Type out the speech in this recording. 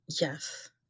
Yes